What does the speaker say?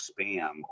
spam